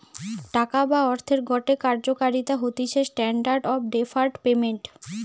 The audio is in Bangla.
টাকা বা অর্থের গটে কার্যকারিতা হতিছে স্ট্যান্ডার্ড অফ ডেফার্ড পেমেন্ট